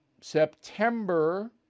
September